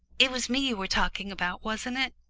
it was me you were talking about, wasn't it?